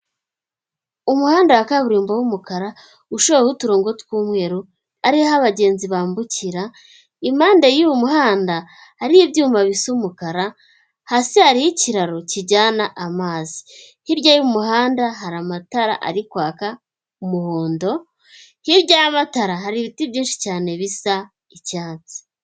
Umuhanda wa kaburimbo w'umukara ushoyeho uturongo tw'umweru ariho abagenzi bambukira. Impande y'uwo muhanda hari ibyuma bisa umukara hasi hari ikiro kijyana amazi. Hirya y'umuhanda hari amatara ari kwaka umuhondo, hirya y'amatara hari ibiti byinshi cyane bisa icyatsi.